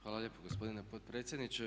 Hvala lijepo gospodine potpredsjedniče.